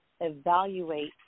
evaluate